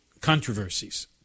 controversies